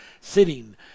sitting